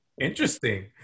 Interesting